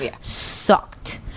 sucked